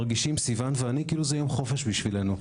סיוון ואני מרגישים כאילו זה יום חופש בשבילנו,